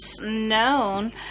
known